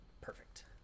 perfect